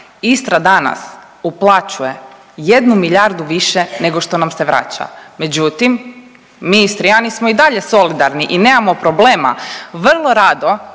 Istra danas uplaćuje jednu milijardu više nego što nam se vraća, međutim mi Istrijani smo i dalje solidarni i nemamo problema vrlo rado